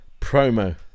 promo